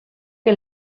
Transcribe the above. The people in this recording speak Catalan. que